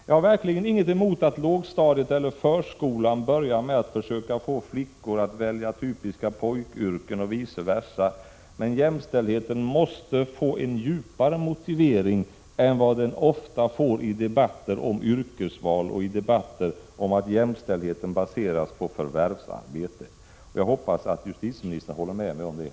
Jag har verkligen ingenting emot att man i lågstadiet eller förskolan börjar med att försöka få flickor att välja typiska pojkyrken och vice versa, men jämställdheten måste få en djupare motivering än vad den ofta får i debatter om yrkesval, som om jämställdheten baseras på förvärvsarbetet. Jag hoppas att justitieministern håller med mig om det.